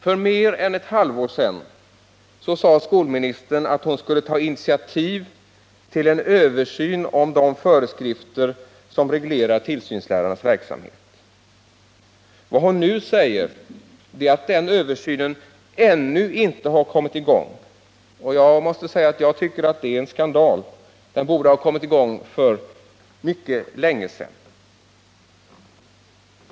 För mer än ett halvår sedan sade skolministern att hon skulle ta initiativ till en översyn av de föreskrifter som reglerar tillsynslärarnas verksamhet. Vad hon nu säger är att den översynen ännu inte har kommit i gång. Jag måste säga att jag tycker att det är en skandal; översynen borde ha kommit i gång för mycket länge sedan.